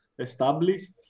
established